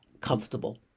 comfortable